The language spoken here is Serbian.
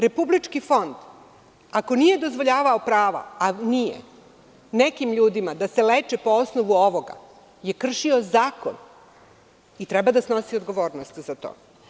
Republički fond, ako nije dozvoljavao prava, a nije, nekim ljudima da se leče po osnovu ovoga je kršio zakon i treba da snosi odgovornost za to.